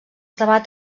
debat